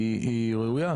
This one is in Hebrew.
היא ראויה.